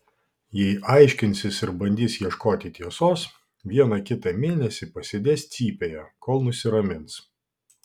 jei aiškinsis ir bandys ieškoti tiesos vieną kitą mėnesį pasėdės cypėje kol nusiramins